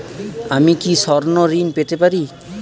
আমি কি স্বর্ণ ঋণ পেতে পারি?